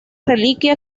reliquia